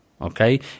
okay